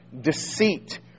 Deceit